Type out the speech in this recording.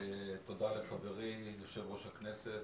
תודה לחברי יושב-ראש הכנסת,